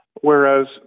Whereas